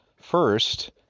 First